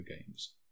games